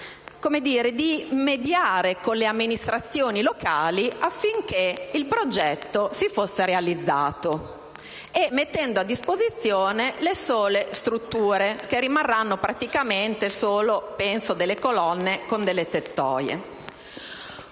di mediare con le amministrazioni locali affinché il progetto fosse realizzato e mettendo a disposizione le sole strutture (che penso rimarranno praticamente solo delle colonne con delle tettoie).